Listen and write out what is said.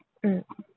mm